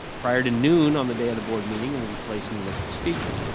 prior to noon on the day of the board meeting and will be placed in the list of speakers.